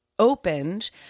opened